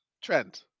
trend